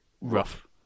Rough